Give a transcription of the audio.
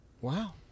Wow